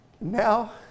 Now